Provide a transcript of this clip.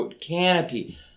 canopy